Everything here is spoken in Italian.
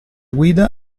guida